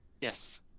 yes